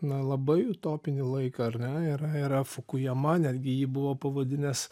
na labai utopinį laiką ar ne yra yra fukujama netgi jį buvo pavadinęs